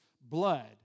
blood